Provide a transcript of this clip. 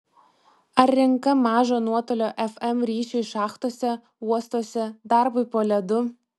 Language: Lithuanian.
ar rinka mažo nuotolio fm ryšiui šachtose uostuose darbui po ledu